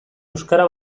euskara